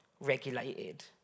regulated